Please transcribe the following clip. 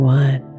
one